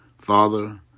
Father